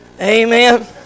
Amen